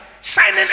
Signing